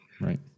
right